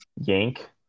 Yank